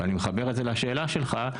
ואני מחבר את זה לשאלה שלך.